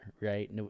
right